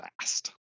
fast